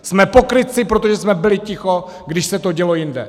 Jsme pokrytci, protože jsme byli ticho, když se to dělo jinde.